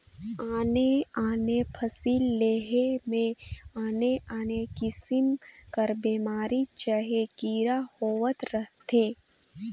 आने आने फसिल लेहे में आने आने किसिम कर बेमारी चहे कीरा होवत रहथें